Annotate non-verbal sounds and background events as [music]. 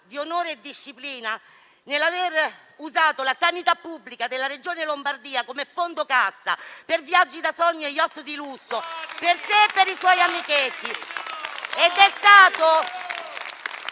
di onorabilità e disciplina nell'aver usato la sanità pubblica della Regione Lombardia come fondo cassa per viaggi da sogno e *yacht* di lusso per sé e i suoi amichetti? [applause]